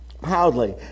proudly